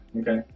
Okay